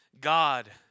God